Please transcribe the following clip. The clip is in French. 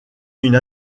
une